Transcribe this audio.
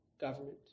government